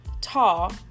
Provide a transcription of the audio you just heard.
tall